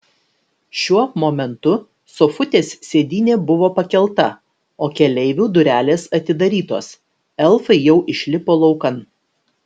šiuo momentu sofutės sėdynė buvo pakelta o keleivių durelės atidarytos elfai jau išlipo laukan